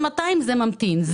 זה 200 וזה ממתין,